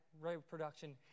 reproduction